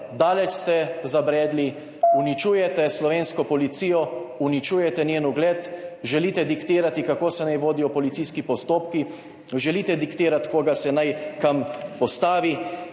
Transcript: daleč ste zabredli, uničujete slovensko policijo, uničujete njen ugled, želite diktirati, kako se naj vodijo policijski postopki, želite diktirati, koga se naj kam postavi.